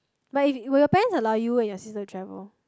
but will your parents allow you and your sister to travel